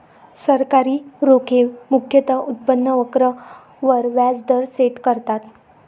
सरकारी रोखे मुख्यतः उत्पन्न वक्र वर व्याज दर सेट करतात